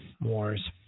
wars